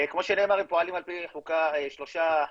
כמו שנאמר הם פועלים על פי שלושה חוקים,